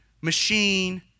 machine